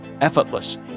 effortless